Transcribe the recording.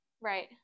right